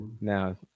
now